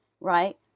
right